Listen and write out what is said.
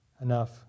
Enough